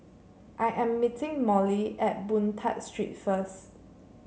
I am meeting Molly at Boon Tat Street first